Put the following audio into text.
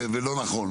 ולא נכון.